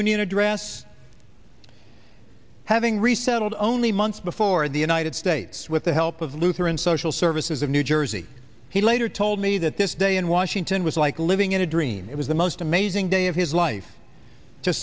union address having resettled only months before the united states with the help of the lutheran social services of new jersey he later told me that this day in washington was like living in a dream it was the most amazing day of his life to